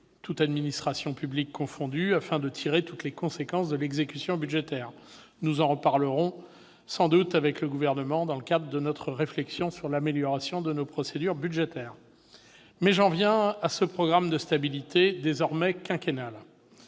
toutes administrations publiques confondues, afin de tirer toutes les conséquences de l'exécution budgétaire. Nous en reparlerons sans doute avec le Gouvernement dans le cadre de notre réflexion sur l'amélioration de nos procédures budgétaires. J'en viens au programme de stabilité, désormais quinquennal.